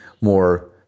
more